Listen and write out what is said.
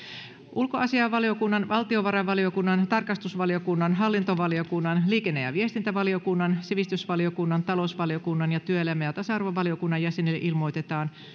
ulkoasiainvaliokunnan valtiovarainvaliokunnan tarkastusvaliokunnan hallintovaliokunnan liikenne ja viestintävaliokunnan sivistysvaliokunnan talousvaliokunnan ja työelämä ja tasa arvovaliokunnan jäsenille ilmoitetaan